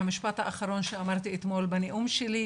והמשפט האחרון שאמרתי אתמול בנאום שלי,